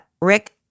Rick